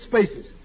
spaces